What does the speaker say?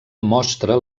mostra